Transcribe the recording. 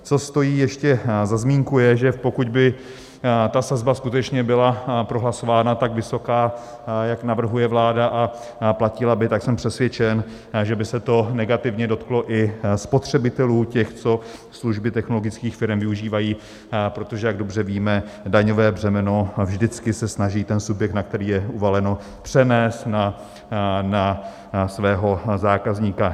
Co stojí ještě za zmínku je, že pokud by ta sazba skutečně byla prohlasována tak vysoká, jak navrhuje vláda, a platila by, tak jsem přesvědčen, že by se to negativně dotklo i spotřebitelů, těch, co služby technologických firem využívají, protože jak dobře víme, daňové břemeno se vždycky snaží ten subjekt, na který je uvaleno, přenést na svého zákazníka.